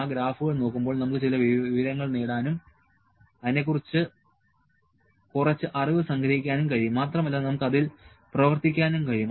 ആ ഗ്രാഫുകൾ നോക്കുമ്പോൾ നമുക്ക് ചില വിവരങ്ങൾ നേടാനും അതിനെക്കുറിച്ച് കുറച്ച് അറിവ് സംഗ്രഹിക്കാനും കഴിയും മാത്രമല്ല നമുക്ക് അതിൽ പ്രവർത്തിക്കാനും കഴിയും